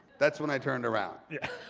that's when i turned around, yeah